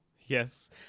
Yes